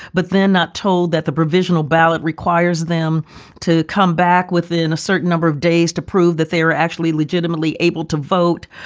but they're not told that the provisional ballot requires them to come back within a certain number of days to prove that they are actually legitimately able to vote.